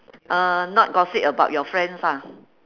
uh not gossip about your friends lah